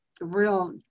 real